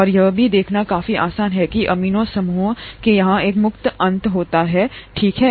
और यह भी देखना काफी आसान है कि अमीनो समूह के यहाँ एक मुक्त अंत होना है ठीक है